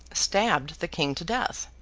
stabbed the king to death.